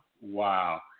Wow